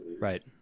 Right